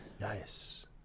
Nice